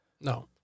No